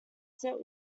set